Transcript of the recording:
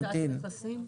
ביצים ודבש,